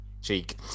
cheek